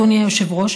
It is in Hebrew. אדוני היושב-ראש,